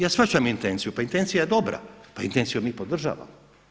Ja shvaćam intenciju, pa intencija je dobra, pa intenciju mi podržavamo.